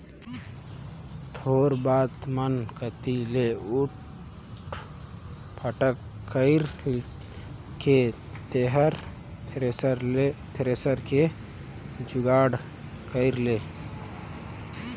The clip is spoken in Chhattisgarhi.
थोर बात मन कति ले उठा पटक कइर के तेंहर थेरेसर के जुगाड़ कइर ले